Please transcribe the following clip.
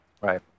Right